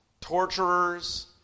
torturers